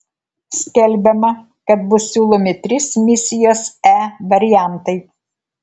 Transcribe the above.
skelbiama kad bus siūlomi trys misijos e variantai